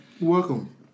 Welcome